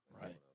right